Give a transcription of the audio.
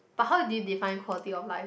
but how do you define quality of life